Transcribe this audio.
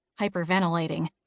hyperventilating